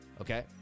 okay